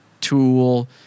tool